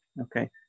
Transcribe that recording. Okay